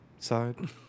side